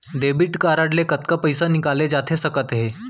Debit card ले कतका पइसा निकाले जाथे सकत हे?